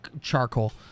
Charcoal